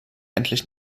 endlich